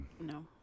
No